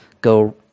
go